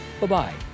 Bye-bye